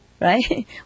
right